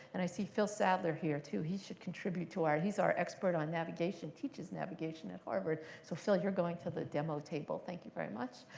and i see phil sadler here, too. he should contribute to our he's our expert on navigation, teaches navigation at harvard. so phil you're going to the demo table. thank you, very much.